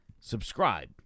subscribe